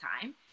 time